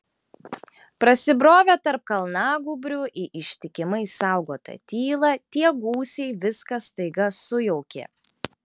prasibrovę tarp kalnagūbrių į ištikimai saugotą tylą tie gūsiai viską staiga sujaukė